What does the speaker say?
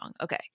Okay